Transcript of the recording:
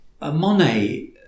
Monet